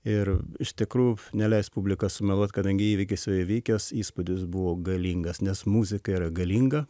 ir iš tikrų neleis publika sumeluot kadangi įvykis jau įvykęs įspūdis buvo galingas nes muzika yra galinga